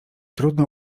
trudno